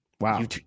Wow